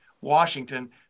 Washington